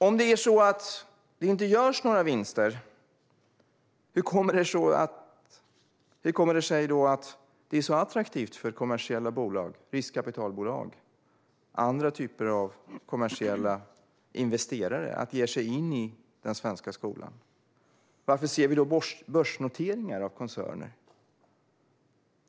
Om det inte görs några vinster, hur kommer det sig då att det är så attraktivt för riskkapitalbolag och andra typer av kommersiella investerare att ge sig in i svensk skola? Varför ser vi då börsnoteringar av koncerner?